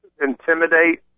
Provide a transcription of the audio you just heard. intimidate